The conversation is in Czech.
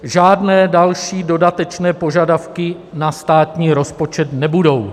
Žádné další dodatečné požadavky na státní rozpočet nebudou.